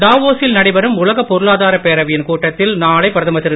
டாவோசில் நடைபெறும் உலகப் பொருளாதார பேரவையின் கூட்டத்தில் நாளை பிரதமர் திரு